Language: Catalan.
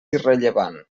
irrellevant